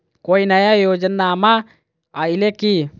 कोइ नया योजनामा आइले की?